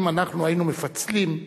שאם אנחנו היינו מפצלים